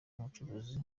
umucuruzi